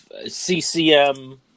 CCM